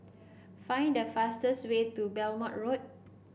find the fastest way to Belmont Road